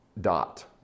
dot